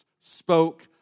spoke